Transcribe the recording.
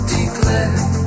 declared